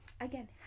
again